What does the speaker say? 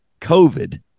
COVID